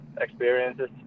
experiences